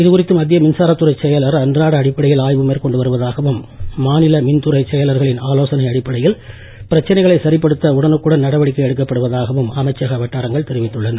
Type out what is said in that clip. இது குறித்து மத்திய மின்சாரத்துறைச் செயலர் அன்றாட அடிப்படையில் ஆய்வு மேற்கொண்டு வருவதாகவும் மாநில மின்துறைச் செயலர்களின் ஆலோசனை அடிப்படையில் பிரச்சனைகளை சரிப்படுத்த உடனுக்குடன் நடவடிக்கை எடுக்கப்படுவதாகவும் அமைச்சக வட்டாரங்கள் தெரிவித்துள்ளன